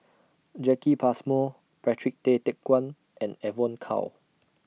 Jacki Passmore Patrick Tay Teck Guan and Evon Kow